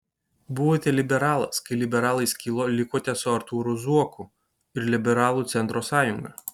buvote liberalas kai liberalai skilo likote su artūru zuoku ir liberalų centro sąjunga